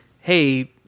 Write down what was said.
Hey